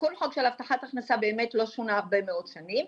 התיקון חוק של הבטחת הכנסה באמת לא שונה הרבה מאוד שנים,